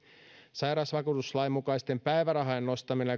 sairausvakuutuslain mukaisten päivärahojen nostaminen